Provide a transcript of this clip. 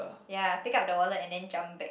ya pick up the wallet and then jump back